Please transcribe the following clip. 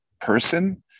person